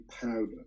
Powder